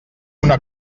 una